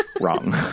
wrong